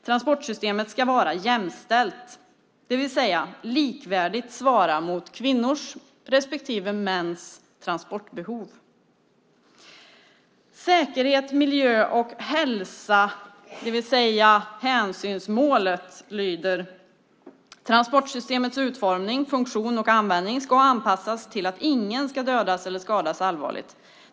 Transportsystemet ska vara jämställt, det vill säga likvärdigt svara mot kvinnors respektive mäns transportbehov. Hänsynsmålet som handlar om säkerhet, miljö och hälsa lyder: Transportsystemets utformning, funktion och användning ska anpassas till att ingen ska dödas eller skadas allvarligt.